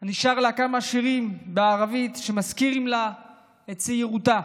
אני שר לה כמה שירים בערבית שמזכירים לה את צעירותה.